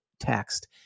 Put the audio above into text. text